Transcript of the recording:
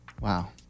Wow